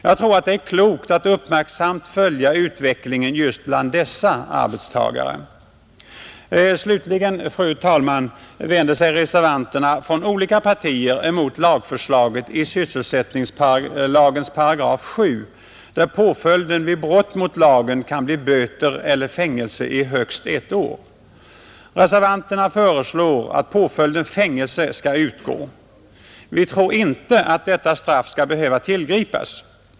Jag tror att det är klokt att uppmärksamt följa utvecklingen just bland dessa arbetstagare. Slutligen, fru talman, vänder sig reservanterna från olika partier emot lagförslaget i sysselsättningslagens 7 §, där påföljden vid brott mot lagen kan bli böter eller fängelse i högst ett år. Reservanterna föreslår att påföljden fängelse skall utgå. Vi tror inte att detta straff skall behöva tillgripas.